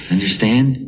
Understand